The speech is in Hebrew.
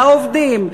העובדים,